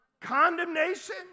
condemnation